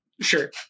sure